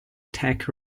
tech